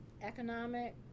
economic